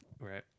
Right